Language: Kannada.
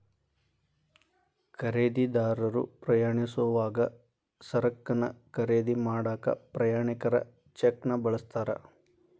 ಖರೇದಿದಾರರು ಪ್ರಯಾಣಿಸೋವಾಗ ಸರಕನ್ನ ಖರೇದಿ ಮಾಡಾಕ ಪ್ರಯಾಣಿಕರ ಚೆಕ್ನ ಬಳಸ್ತಾರ